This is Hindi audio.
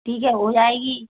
ठीक है हो जाएगी